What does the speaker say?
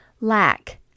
Lack